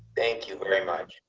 thank you very much.